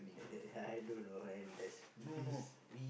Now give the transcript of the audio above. I don't know and there is a beast